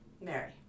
Mary